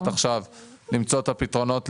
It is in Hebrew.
אז הוא עושה איתו חוזה שכירות.